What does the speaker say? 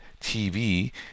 tv